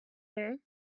there